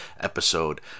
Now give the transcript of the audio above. episode